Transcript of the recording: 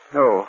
no